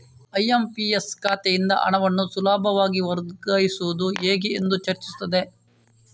IMPS ಖಾತೆಯಿಂದ ಹಣವನ್ನು ಸುಲಭವಾಗಿ ವರ್ಗಾಯಿಸುವುದು ಹೇಗೆ ಎಂದು ಚರ್ಚಿಸುತ್ತದೆ